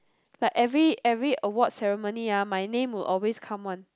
like every every award ceremony ah my name will always come [one]